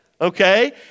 okay